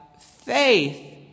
faith